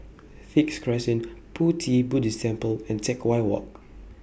Sixth Crescent Pu Ti Buddhist Temple and Teck Whye Walk